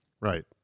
Right